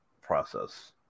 process